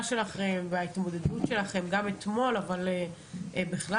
שלכם וההתמודדות שלכם גם אתמול אבל בכלל.